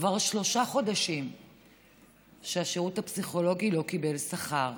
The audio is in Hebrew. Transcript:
כבר שלושה חודשים שהשירות הפסיכולוגי לא קיבל שכר.